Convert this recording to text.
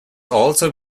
also